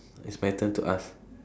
it's my turn to ask